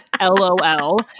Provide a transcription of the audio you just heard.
lol